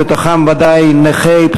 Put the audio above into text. ובתוכם ודאי נכי,